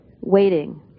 waiting